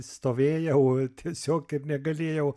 stovėjau tiesiog ir negalėjau